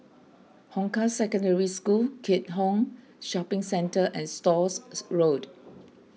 Hong Kah Secondary School Keat Hong Shopping Centre and Stores Road